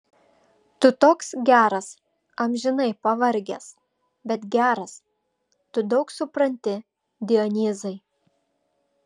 tu toks geras amžinai pavargęs bet geras tu daug supranti dionyzai